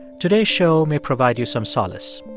today's show may provide you some solace.